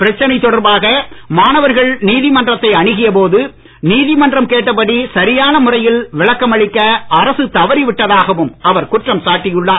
பிரச்சனை தொடர்பாக மாணவர்கள் நீதிமன்றத்தை அனுகிய போது நீதிமன்றம் கேட்டபடி சரியான முறையில் விளக்கம் அளிக்க அரசு தவறி விட்டதாகவும் அவர் குற்றம் சாட்டியுள்ளார்